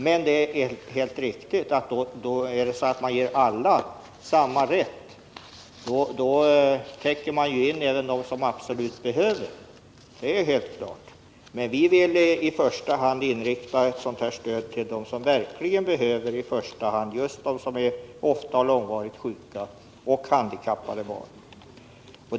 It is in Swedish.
Men det är helt riktigt att om man ger alla samma rätt, täcker man in även dem som absolut behöver hjälp. Men vi vill i första hand inrikta ett sådant här stöd på dem som verkligen behöver det, ofta och långvarigt sjuka och handikappade barn.